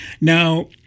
now